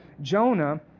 Jonah